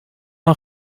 een